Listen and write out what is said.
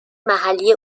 محلی